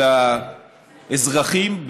או לאזרחים,